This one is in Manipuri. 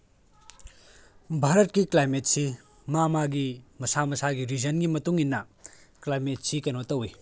ꯚꯥꯔꯠꯀꯤ ꯀ꯭ꯂꯥꯏꯃꯦꯠꯁꯤ ꯃꯥ ꯃꯥꯒꯤ ꯃꯁꯥ ꯃꯁꯥꯒꯤ ꯔꯤꯖꯟꯒꯤ ꯃꯇꯨꯡ ꯏꯟꯅ ꯀ꯭ꯂꯥꯏꯃꯦꯠꯁꯤ ꯀꯩꯅꯣ ꯇꯧꯋꯤ